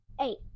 Eight